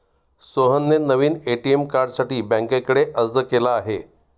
सोहनने नवीन ए.टी.एम कार्डसाठी बँकेकडे अर्ज केला आहे